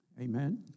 Amen